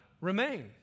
Remain